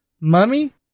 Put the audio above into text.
Mummy